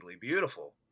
beautiful